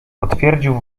potwierdził